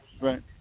Right